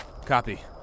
Copy